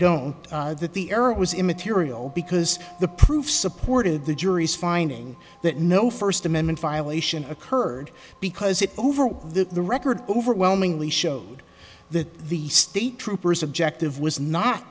was immaterial because the proof supported the jury's finding that no first amendment violation occurred because it over the the record overwhelmingly showed that the state troopers objective was not